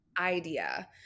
idea